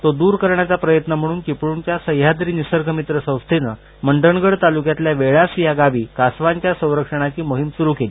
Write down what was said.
तो दूर करण्याचा प्रयत्न म्हणून चिपळूणच्या सह्याद्री निसर्गमित्र संस्थेनं मंडणगड तालुक्यातल्या वेळास या गावी कासवांच्या संरक्षणाची मोहीम सुरू केली